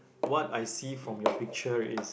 what I see from your picture is